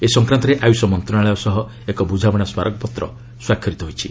ଏ ସଂକ୍ରାନ୍ତରେ ଆୟୁଷ ମନ୍ତ୍ରଣାଳୟ ସହ ଏକ ବୃଝାମଣା ସ୍କାରକପତ୍ର ସ୍ୱାକ୍ଷର ହୋଇଛି